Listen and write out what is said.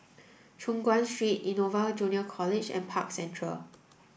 Choon Guan Street Innova Junior College and Park Central